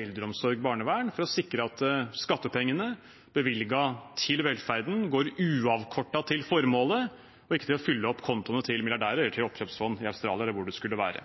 eldreomsorg og barnevern for å sikre at skattepengene, bevilget til velferden, går uavkortet til formålet og ikke til å fylle opp kontoene til milliardærer eller oppkjøpsfond i Australia eller hvor det skulle være.